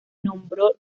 nombró